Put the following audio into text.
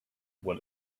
what